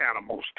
animals